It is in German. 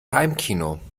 heimkino